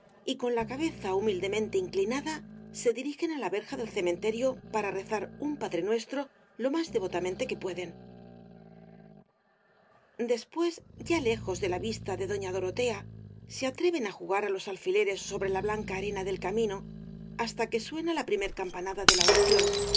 y con la cabeza humildemente inclinada se dirigen á la verja del cementerio para rezar un padrenuestro lo más devotamente que pueden después ya lejos de la vista de doña dorotea se atreven á jugar á los alfileres sobre la blanca arena del camino hasta que suena la primer campanada de la oración